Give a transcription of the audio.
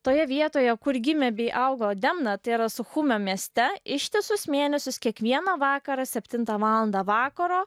toje vietoje kur gimė bei augo demna tai yra suchumio mieste ištisus mėnesius kiekvieną vakarą septintą valandą vakaro